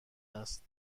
است